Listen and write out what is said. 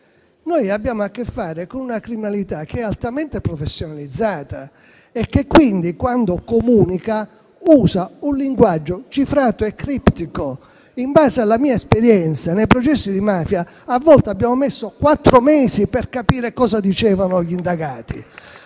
cui abbiamo a che fare è una criminalità altamente professionalizzata, che quindi, quando comunica, usa un linguaggio cifrato e criptico. In base alla mia esperienza, nei processi di mafia a volte abbiamo impiegato quattro mesi per capire cosa dicevano gli indagati.